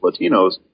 Latinos